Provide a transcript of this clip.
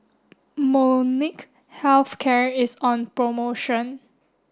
Molnylcke health care is on promotion